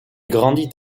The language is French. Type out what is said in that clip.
grandit